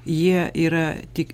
jie yra tik